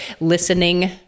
listening